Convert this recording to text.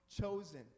chosen